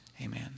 Amen